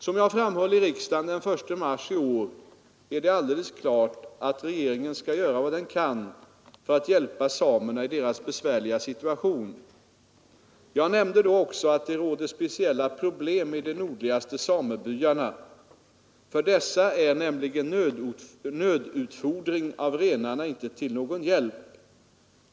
Som jag framhöll i riksdagen den 1 mars i år är det alldeles klart att regeringen skall göra vad den kan för att hjälpa samerna i deras besvärliga situation. Jag nämnde då också att det råder speciella problem i de nordligaste samebyarna. För dessa är nämligen nödutfodring av renarna inte till någon hjälp.